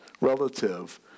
relative